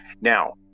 now